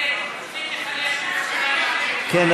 הם רוצים לחלק את ירושלים כן,